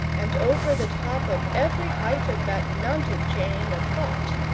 and over the top of every height of that mountain-chain of thought.